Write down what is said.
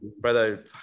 brother